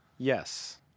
Yes